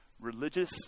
religious